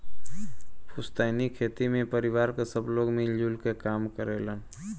पुस्तैनी खेती में परिवार क सब लोग मिल जुल क काम करलन